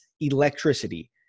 electricity